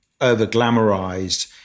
over-glamorized